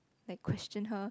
like question her